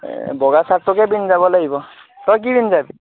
বগা চাৰ্টটোকে পিন্ধি যাব লাগিব তই কি পিন্ধি যাবি